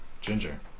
Ginger